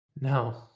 No